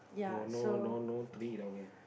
no no no no three down here